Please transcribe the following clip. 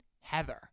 Heather